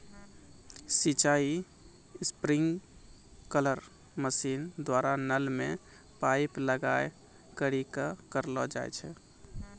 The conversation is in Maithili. सिंचाई स्प्रिंकलर मसीन द्वारा नल मे पाइप लगाय करि क करलो जाय छै